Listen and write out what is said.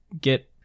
get